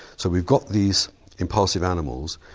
so we've got these impulsive animals,